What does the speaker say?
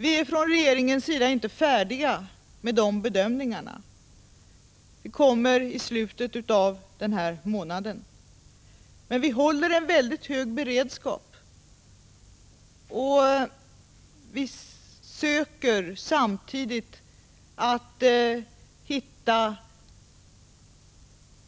Vi är från regeringens sida inte färdiga med dessa bedömningar. De kommer i slutet av denna månad. Prot. 1985/86:107 Men vi håller en väldigt hög beredskap. Vi försöker samtidigt att hitta